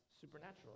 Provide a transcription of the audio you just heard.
supernatural